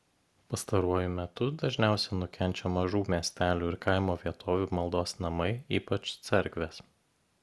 pastaruoju metu dažniausia nukenčia mažų miestelių ir kaimo vietovių maldos namai ypač cerkvės